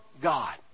God